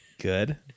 good